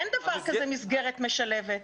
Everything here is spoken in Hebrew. אין דבר הזה מסגרת משלבת.